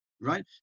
Right